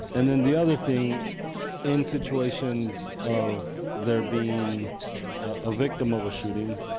and then the other thing in situations of there being a victim of a shooting,